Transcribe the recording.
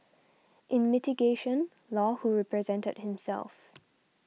in mitigation Law who represented himself